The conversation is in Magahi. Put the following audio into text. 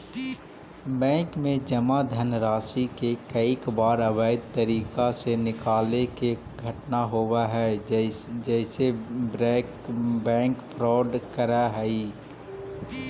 बैंक में जमा धनराशि के कईक बार अवैध तरीका से निकाले के घटना होवऽ हइ जेसे बैंक फ्रॉड करऽ हइ